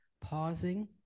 pausing